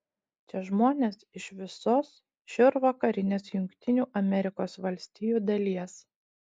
čia žmonės iš visos šiaurvakarinės jungtinių amerikos valstijų dalies